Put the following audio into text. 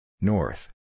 North